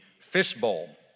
fishbowl